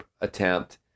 attempt